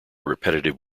repetitive